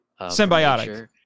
symbiotic